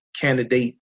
candidate